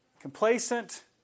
complacent